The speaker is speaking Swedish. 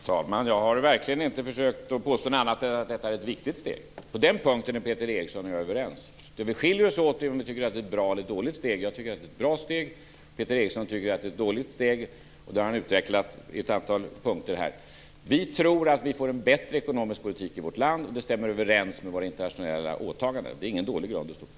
Fru talman! Jag har verkligen inte försökt att påstå annat än att detta är ett viktigt steg. På den punkten är jag och Peter Eriksson överens. Där vi skiljer oss åt är huruvida det är ett bra eller dåligt steg. Jag tycker att det är ett bra steg. Peter Eriksson tycker att det är ett dåligt steg, och det har han utvecklat i ett antal punkter här. Vi tror att det blir en bättre ekonomisk politik i vårt land, och det stämmer överens med våra internationella åtaganden. Det är ingen dålig grund att stå på.